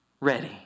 ready